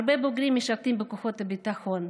הרבה בוגרים משרתים בכוחות הביטחון,